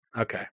Okay